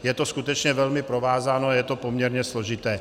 Je to skutečně velmi provázáno a je to poměrně složité.